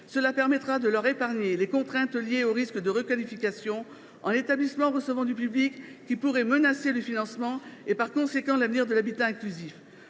Cela permettra de leur épargner les contraintes liées au risque de requalification en établissement recevant du public, qui pourrait menacer le financement de l’habitat inclusif